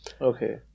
Okay